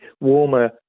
warmer